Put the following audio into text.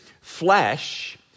Flesh